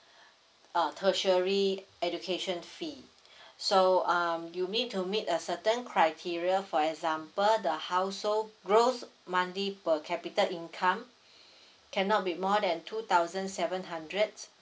uh tertiary education fee so um you need to meet a certain criteria for example the household gross monthly per capita income cannot be more than two thousand seven hundred